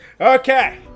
okay